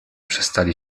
przestali